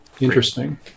Interesting